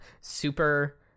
super